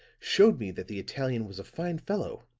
showed me that the italian was a fine fellow,